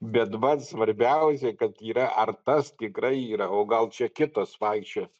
bet va svarbiausia kad yra ar tas tikrai yra o gal čia kitas vaikščios